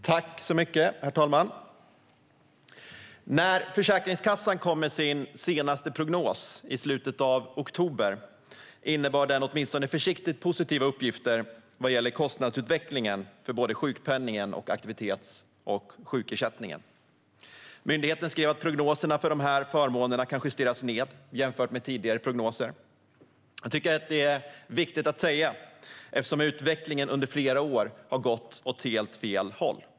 Herr talman! När Försäkringskassan kom med sin senaste prognos i slutet av oktober innehöll den åtminstone försiktigt positiva uppgifter när det gäller kostnadsutvecklingen för sjukpenningen och för aktivitets och sjukersättningen. Myndigheten skrev att prognoserna för dessa förmåner kan justeras ned jämfört med tidigare prognoser. Jag tycker att det är viktigt att säga detta eftersom utvecklingen under flera år har gått åt helt fel håll.